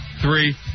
three